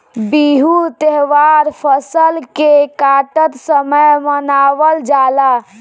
बिहू त्यौहार फसल के काटत समय मनावल जाला